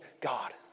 God